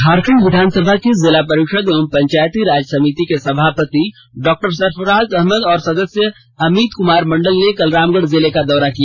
झारखंड विधानसभा की जिला परिषद एवं पंचायती राज समिति के सभापति डॉक्टर सरफराज अहमद और सदस्य अमित कुमार मंडल ने कल रामगढ़ जिले का दौरा किया